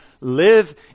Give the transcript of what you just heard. live